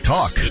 Talk